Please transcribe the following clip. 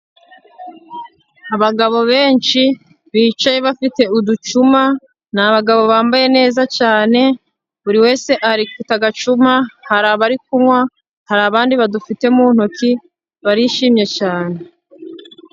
Abagabo benshi bicaye bafite uducuma, ni abagabo bambaye neza cyane, buri wese afite agacuma, hari abarikunywa, hari abandi badufite mu ntoki, barishimye cyane.